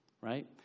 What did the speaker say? right